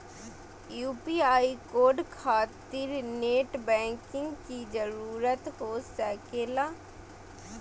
UPI code खातिर net banking की जरूरत हो सके ला?